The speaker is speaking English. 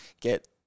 get